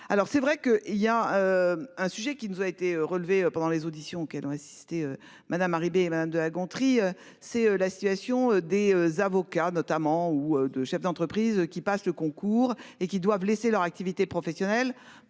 Alors c'est vrai que il y a. Un sujet qui nous ont été relevés pendant les auditions. Elle ont insisté Madame arriver et madame de La Gontrie. C'est la situation des avocats notamment ou de chefs d'entreprises qui passe le concours et qui doivent laisser leur activité professionnelle